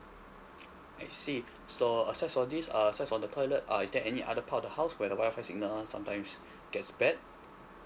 I see so aside of this aside of the toilet uh is there any other part of the house where the wi-fi signal sometimes gets bad